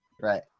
Right